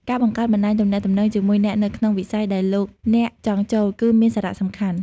ការបង្កើតបណ្តាញទំនាក់ទំនង ជាមួយអ្នកនៅក្នុងវិស័យដែលលោកអ្នកចង់ចូល គឺមានសារៈសំខាន់។